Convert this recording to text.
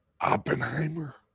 Oppenheimer